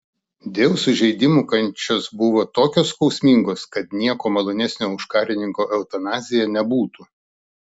dėl sužeidimų kančios buvo tokios skausmingos kad nieko malonesnio už karininko eutanaziją nebūtų